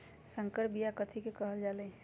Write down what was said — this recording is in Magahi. संकर बिया कथि के कहल जा लई?